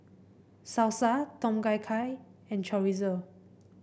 Salsa Tom Kha Gai and Chorizo